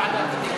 יש ועדת כנסת.